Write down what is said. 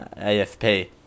AFP